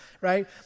right